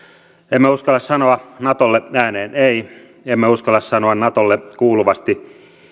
emme uskalla sanoa natolle ääneen ei emme uskalla sanoa natolle kuuluvasti